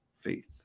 faith